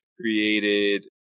created